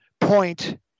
point